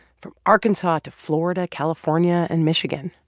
from arkansas to florida, california and michigan.